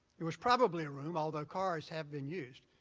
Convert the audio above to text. there was probably a room, although cars have been used,